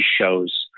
shows